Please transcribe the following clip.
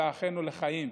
אלא "אחינו לחיים".